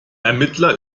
ermittler